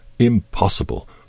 impossible